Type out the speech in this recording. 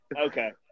Okay